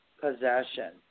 Possession